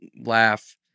laugh